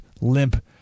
limp